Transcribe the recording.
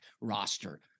roster